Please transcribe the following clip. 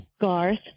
Garth